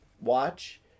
watch